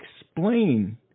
explain